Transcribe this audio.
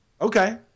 Okay